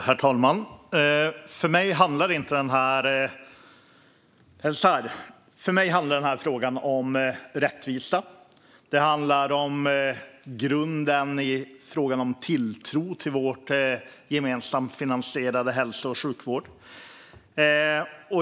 Herr talman! För mig handlar den här frågan om rättvisa. Den handlar om grunden för tilltron till vår gemensamt finansierade hälso och sjukvård.